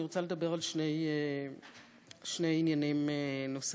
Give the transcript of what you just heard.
אני רוצה לדבר על שני עניינים נוספים.